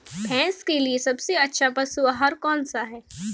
भैंस के लिए सबसे अच्छा पशु आहार कौनसा है?